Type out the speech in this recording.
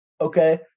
Okay